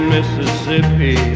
Mississippi